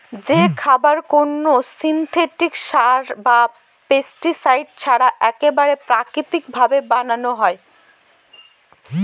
যে খাবার কোনো সিনথেটিক সার বা পেস্টিসাইড ছাড়া এক্কেবারে প্রাকৃতিক ভাবে বানানো হয়